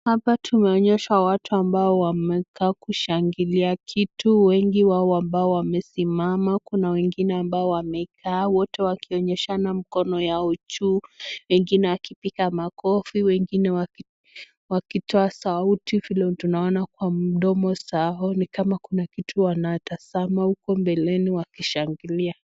Hapa tumeonyeshwa watu ambao wamekaa kushangilia kitu. Wengi wao ambao wamesimama, kuna wengine ambao wamekaa, wote wakionyeshana mkono yao juu, wengine wakipiga makofi, wengine wakitoa sauti vile tunaona kwa mdomo zao ni kama kuna kitu wanatazama huko mbeleni wakishangilia.